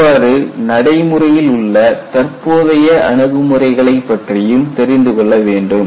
இவ்வாறு நடைமுறையில் உள்ள தற்போதைய அணுகுமுறைகளை பற்றியும் தெரிந்து கொள்ள வேண்டும்